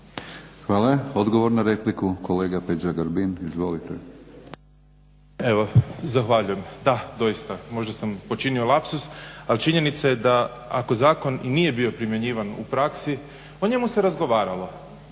Hvala. Odgovor na repliku kolega Peđa Grbin. Izvolite.